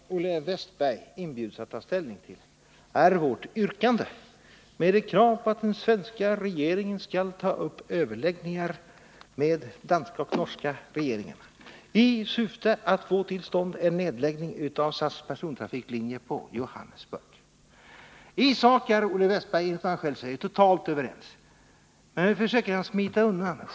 Herr talman! Vad Olle Wästberg i Stockholm inbjuds att ta ställning till är vårt yrkande med dess krav på att den svenska regeringen skall ta upp överläggningar med de danska och norska regeringarna i syfte att få till stånd en nedläggning av SAS persontrafiklinje på Johannesburg. I sak är ju Olle Wästberg och jag, enligt vad han säger, totalt överens, men nu försöker han smita undan.